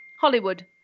Hollywood